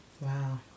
Wow